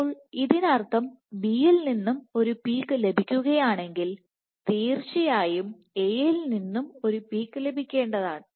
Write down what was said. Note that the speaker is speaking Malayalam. അപ്പോൾ ഇതിനർത്ഥം B യിൽ ഒരു ഒരു പീക്ക് ലഭിക്കുകയാണെങ്കിൽ തീർച്ചയായുംA യിൽ നിന്നും ഒരു പീക്ക് ലഭിക്കേണ്ടതാണ്